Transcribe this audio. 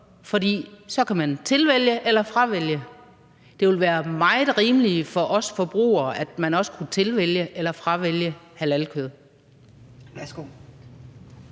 for så kan man tilvælge eller fravælge. Det ville være meget rimeligt for os forbrugere, at man også kunne tilvælge eller fravælge halalkød.